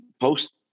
post